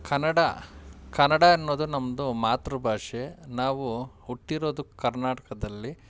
ಕನ್ನಡ ಕನ್ನಡ ಅನ್ನೋದು ನಮ್ಮದು ಮಾತೃಭಾಷೆ ನಾವು ಹುಟ್ಟಿರೋದು ಕರ್ನಾಟಕದಲ್ಲಿ